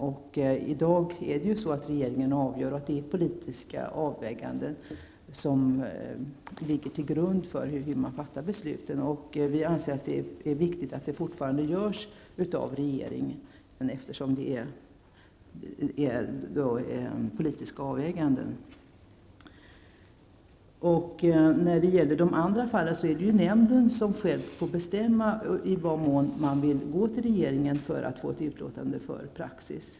Och i dag avgör regeringen att det är politiska avväganden som ligger till grund för hur man fattar besluten. Vi anser att det är viktigt att detta fortfarande görs av regeringen, eftersom det handlar om politiska avväganden. I övriga ärenden är det nämnden själv som får bestämma i vad mån man vill gå till regeringen för att få ett utlåtande för praxis.